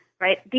right